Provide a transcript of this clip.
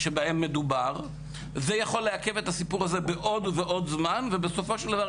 שבהם מדובר ויכול לעכב את הסיפור הזה בעוד ועוד זמן ובסופו של דבר,